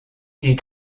die